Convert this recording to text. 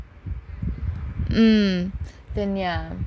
mm ya